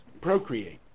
procreate